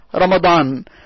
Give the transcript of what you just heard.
Ramadan